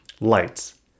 Lights